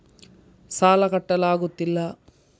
ಸಾಲ ಕಟ್ಟಲು ಆಗುತ್ತಿಲ್ಲ